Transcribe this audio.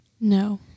No